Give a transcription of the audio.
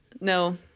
no